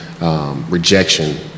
rejection